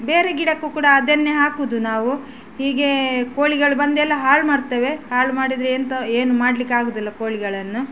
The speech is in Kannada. ಬೇರೆ ಗಿಡಕ್ಕೂ ಕೂಡ ಅದನ್ನೆ ಹಾಕೋದು ನಾವು ಹೀಗೇ ಕೋಳಿಗಳು ಬಂದು ಎಲ್ಲ ಹಾಳು ಮಾಡ್ತವೆ ಹಾಳು ಮಾಡಿದರೆ ಎಂತ ಏನು ಮಾಡಲಿಕ್ಕಾಗೋದಿಲ್ಲ ಕೋಳಿಗಳನ್ನು